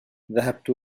ذهبت